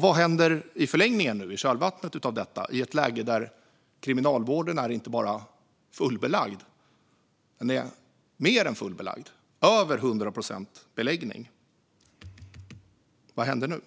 Vad händer i kölvattnet av detta, i ett läge där kriminalvården inte bara är fullbelagd utan är mer än fullbelagd med över 100 procents beläggning? Vad händer nu?